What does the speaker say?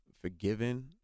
forgiven